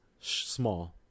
small